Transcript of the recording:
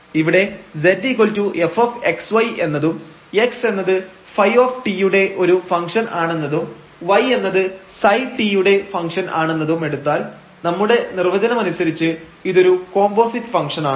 ഇവിടെ zfxy എന്നതും x എന്നത് ϕ യുടെ ഒരു ഫംഗ്ഷൻആണെന്നതും y എന്നത് ψ യുടെ ഫംഗ്ഷൻആണെന്നതും എടുത്താൽ നമ്മുടെ നിർവചനമനുസരിച്ച് ഇതൊരു കോമ്പോസിറ്റ് ഫംഗ്ഷൻ ആണ്